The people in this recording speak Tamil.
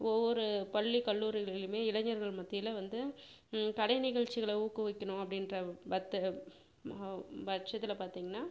ஒவ்வொரு பள்ளி கல்லூரிகளிலியுமே இளைஞர்கள் மத்தியில் வந்து கலைநிகழ்ச்சிகளை ஊக்குவிக்கணும் அப்படின்ற பற்ற மாவ் பட்சத்தில் பார்த்தீங்கனா